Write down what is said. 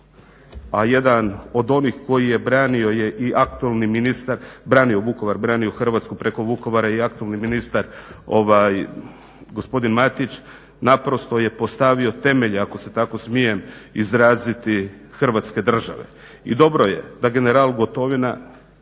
a jedan od onih koji je branio je i aktualni ministar branio Vukovar, branio Hrvatsku preko Vukovara je i aktualni ministar ovaj gospodin Matić, naprosto je postavio temelje ako se tako smijem izraziti Hrvatske države. I dobro je da general Gotovina